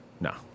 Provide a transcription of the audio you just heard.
No